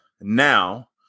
now